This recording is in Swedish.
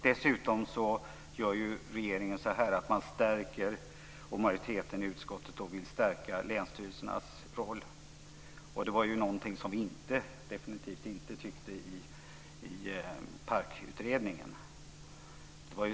Dessutom stärker regeringen, vilket majoriteten i utskottet också vill, länsstyrelsernas roll. Det tyckte vi definitivt inte i PARK-utredningen.